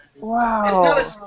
Wow